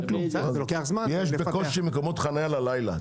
יש בקושי מקומות חניה ללילה.